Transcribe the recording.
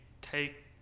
take